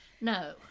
No